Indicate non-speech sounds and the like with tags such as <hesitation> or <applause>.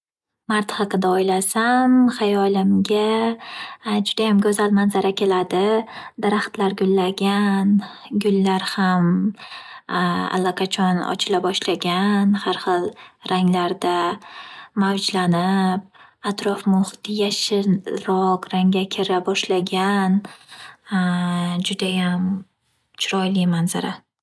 Mart haqida o’ylasam hayolimga judayam go’zal manzara keladi. Daraxtlar gullagan, gullar ham <hesitation> allaqachon ochila boshlagan har hil ranglarda mavjlanib atrof muhir yashilroq ranga kira boshlagan <hesitation> judayam chiroyli manzara.